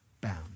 bound